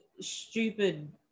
stupid